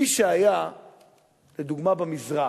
מי שהיה לדוגמה במזרח,